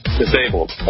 disabled